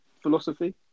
philosophy